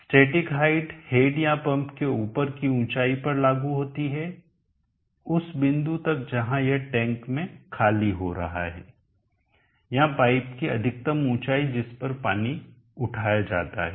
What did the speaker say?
static height head या pump के ऊपर की ऊंचाई पर लागू होती है उस बिंदु तक जहां यह टैंक में खाली हो रहा है या पाइप की अधिकतम ऊंचाई जिस पर पानी उठाया जाता है